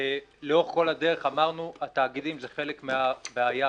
לאורך כך הדרך אמרנו שהתאגידים הם חלק מהבעיה,